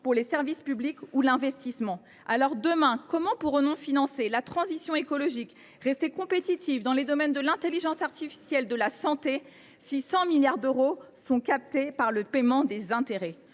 pour le service public et pour l’investissement ». Comment, à l’avenir, pourrons nous financer la transition écologique et rester compétitifs dans les domaines de l’intelligence artificielle et de la santé si 100 milliards d’euros sont captés par le paiement des intérêts ?